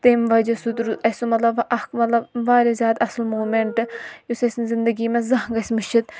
تمہِ وَجَہ سٟتۍ روٗد اسہِ سُہ مطلب اکھ مَطلَب واریاہ زِیادٕ اَصٕل موٗمینٛٹ یُس أسۍ زِنٛدَگی منٛز زانٛہہ گَژھِ مٔشِتھ